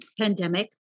pandemic